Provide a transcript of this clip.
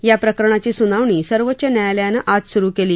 याप्रकरणाची सुनावणी सर्वोच्च न्यायालयानं आज सुरु केली